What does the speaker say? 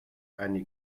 eine